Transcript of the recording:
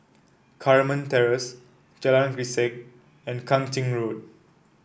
Carmen Terrace Jalan Grisek and Kang Ching Road